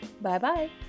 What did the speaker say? Bye-bye